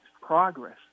progress